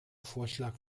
vorschlag